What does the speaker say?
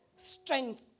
strength